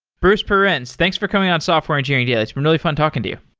bruce perens, thanks for coming on software engineering daily. it's been really fun talking to you.